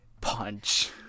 Punch